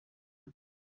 gun